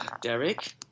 Derek